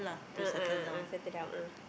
a'ah a'ah settle down ah